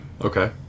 Okay